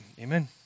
Amen